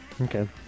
Okay